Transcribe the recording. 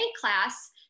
class